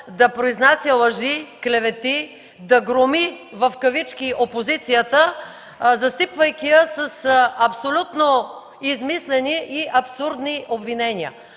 да произнася лъжи, клевети, да „громи” опозицията, засипвайки я с абсолютно измислени и абсурдни обвинения.